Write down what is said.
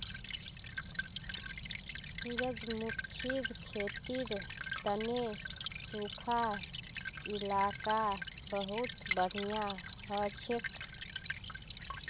सूरजमुखीर खेतीर तने सुखा इलाका बहुत बढ़िया हछेक